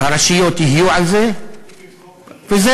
הראשיות יהיו על זה, וזהו,